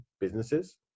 businesses